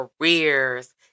careers